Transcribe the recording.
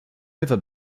river